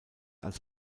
als